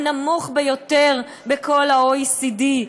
הנמוך ביותר בכל ה-OECD,